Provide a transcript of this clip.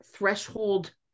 Threshold